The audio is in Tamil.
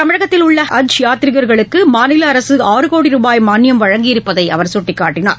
தமிழகத்தில் உள்ள ஹஜ் யாத்திரிகளுக்கு மாநில அரசு ஆறு கோடி ரூபாய் மானியம் வழங்கி இருப்பதை அவர் சுட்டிக்காட்டினார்